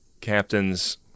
captain's